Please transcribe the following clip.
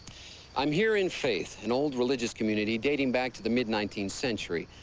i'm here in faith, an old religious community dating back to the mid nineteenth century.